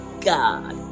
god